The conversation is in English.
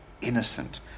innocent